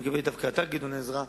חבר הכנסת גדעון עזרא,